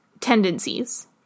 tendencies